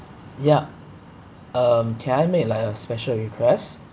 yup um can I make like a special request